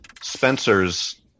Spencer's